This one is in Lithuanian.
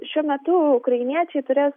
šiuo metu ukrainiečiai turės